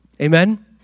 Amen